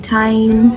time